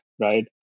right